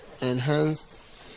Enhanced